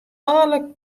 alle